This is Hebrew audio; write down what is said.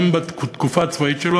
גם בתקופה הצבאית שלו,